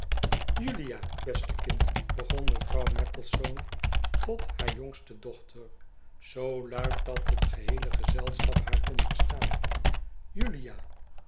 julia beste kind begon mevrouw maplesone tot haar jongste dochter zoo luid dat het geheele gezelschap haar kon verstaan julia